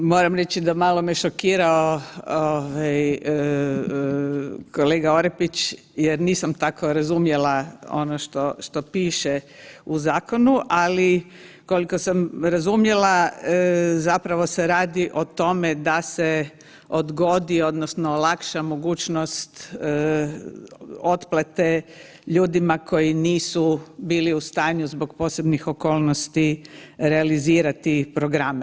Moram reći da me malo šokirao kolega Orepić jer nisam tako razumjela ono što piše u zakonu, ali koliko sam razumjela zapravo se radi o tome da se odgodi odnosno olakša mogućnost otplate ljudima koji nisu bili u stanju zbog posebnih okolnosti realizirati programe.